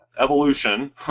evolution